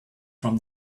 from